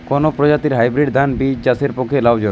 কোন প্রজাতীর হাইব্রিড ধান বীজ চাষের পক্ষে লাভজনক?